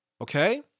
Okay